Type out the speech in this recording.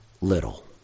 little